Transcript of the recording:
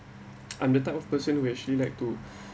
I'm the type of person who actually like to